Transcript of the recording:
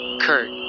Kurt